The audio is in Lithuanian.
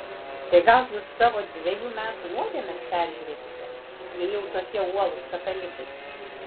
tai gal jūs savo dvejų metų nuodėmes peržiūrėkite jei jau tokie uolūs katalikai